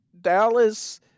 Dallas